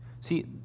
see